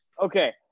Okay